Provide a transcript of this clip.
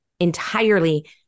entirely